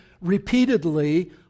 repeatedly